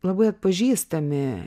labai atpažįstami